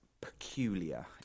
peculiar